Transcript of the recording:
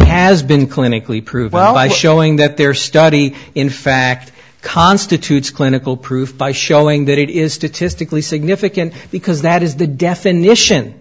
has been clinically proven well i showing that their study in fact constitutes clinical proof by showing that it is statistically significant because that is the definition